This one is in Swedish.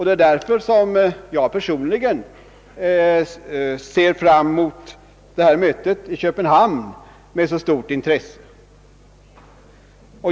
Det är därför som jag personligen med så stort intresse ser fram mot detta möte i Köpenhamn.